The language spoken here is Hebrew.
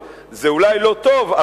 זה אולי לא טוב,